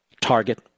Target